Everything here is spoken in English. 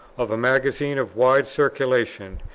of a magazine of wide circulation,